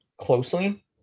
closely